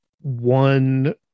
one